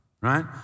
right